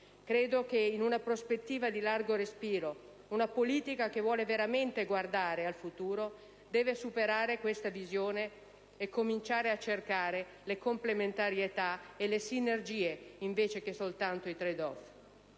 Credo che, in una prospettiva di largo respiro, una politica che voglia veramente guardare al futuro debba superare questa visione e cominciare a cercare le complementarità e le sinergie invece che soltanto i *trade off*